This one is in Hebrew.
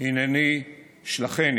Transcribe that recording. "הנני שלָחני".